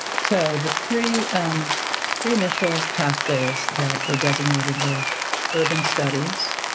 so the three um three initial pathways that were designated were urban studies,